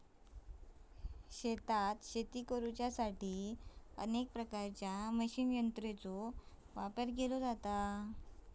शेतात शेती करुसाठी अनेक प्रकारच्या मशीन यंत्रांचो वापर केलो जाता